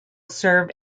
served